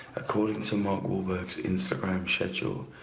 according to mark wahlberg's instagram schedule.